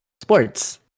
sports